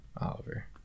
Oliver